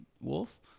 Wolf